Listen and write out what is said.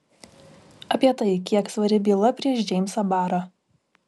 apie tai kiek svari byla prieš džeimsą barą